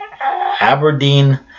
Aberdeen